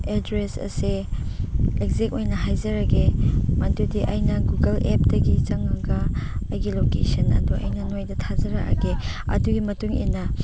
address ꯑꯁꯦ exact ꯑꯣꯏꯅ ꯍꯥꯏꯖꯔꯒꯦ ꯃꯗꯨꯗꯤ ꯑꯩꯅ ꯒꯨꯒꯜ ꯑꯦꯞꯇꯒꯤ ꯆꯪꯉꯒ ꯑꯩꯒꯤ ꯂꯣꯀꯦꯁꯟ ꯑꯗꯨ ꯑꯩꯅ ꯅꯣꯏꯗ ꯊꯥꯖꯔꯛꯑꯒꯦ ꯑꯗꯨꯒꯤ ꯃꯇꯨꯡ ꯏꯟꯅ